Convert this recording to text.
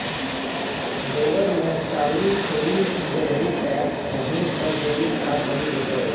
गोबर मे चाली छोरि देबही तए ओहि सँ जैविक खाद बनि जेतौ